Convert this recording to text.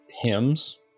hymns